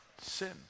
sin